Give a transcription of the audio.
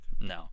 No